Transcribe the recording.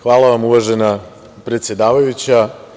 Hvala vam uvažena predsedavajuća.